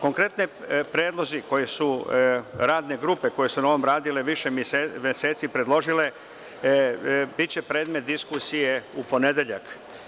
Konkretni predlozi koji su radne grupe koje su na ovome radile više meseci predložile, biće predmet diskusije u ponedeljak.